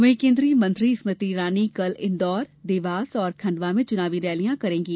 वहीं केन्द्रीय मंत्री स्मृति ईरानी कल इन्दौर देवास और खंडवा में चुनावी रैलियां करेंगे